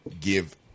give